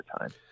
time